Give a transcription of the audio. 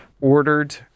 ordered